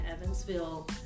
Evansville